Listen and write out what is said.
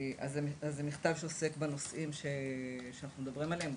הוא עוסק בנושאים שאנחנו מדברים עליהם: